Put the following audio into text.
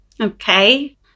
Okay